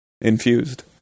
infused